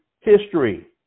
history